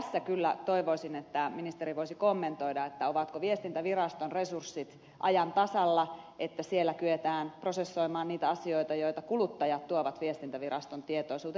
tässä kyllä toivoisin että ministeri voisi kommentoida ovatko viestintäviraston resurssit ajan tasalla että siellä kyetään prosessoimaan niitä asioita joita kuluttajat tuovat viestintäviraston tietoisuuteen